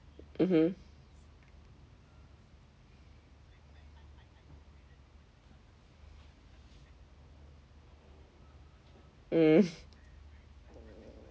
mmhmm mm